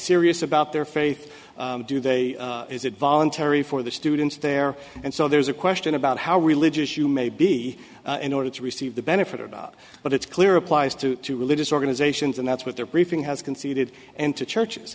serious about their faith do they is it voluntary for the students there and so there's a question about how religious you may be in order to receive the benefit about but it's clear applies to religious organizations and that's what their briefing has conceded and to churches